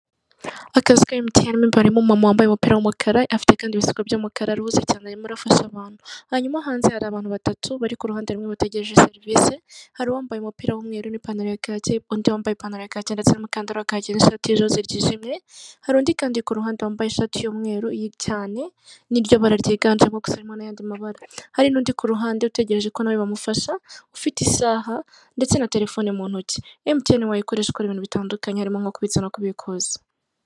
Akazu ka mtn imberi muma wambaye ubupiromokara afite kandi ibisigabwa by mukararuhutse cyane yamora afasha abantu hanyuma hanze hari abantu batatu bari ku ruhande rumwe bategereje serivisi hari uwambaye umupira w'umweruru'ipantaro undi wambaye ipantaro ya ndetse mukandara kagira ati ijose ryijimye hari undi kandikwa ruhandedo wambaye ishati y'umweru cyane'iryo bararyiganjemoso n'ayandidi mabanga hari n'undi ku ruhande utegereje ko nawe bamufasha ufite isaha ndetse na telefone mu ntoki mtene wayikoreshwa ibintu bitandukanye arimo kubiz no kubikoza.